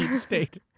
state.